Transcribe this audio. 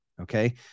okay